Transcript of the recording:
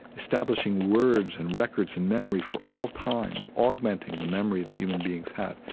establishing words and records and memory for all time, augmenting the memory that human beings have,